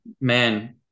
man